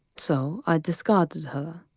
so, i discarded her.